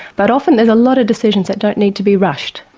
but often there's a lot of decisions that don't need to be rushed.